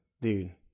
Dude